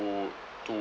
to